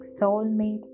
Soulmate